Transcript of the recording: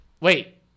Wait